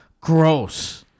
Gross